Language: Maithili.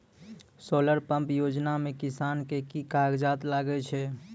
सोलर पंप योजना म किसान के की कागजात लागै छै?